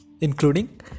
including